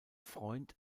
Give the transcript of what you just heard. freund